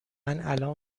الان